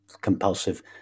compulsive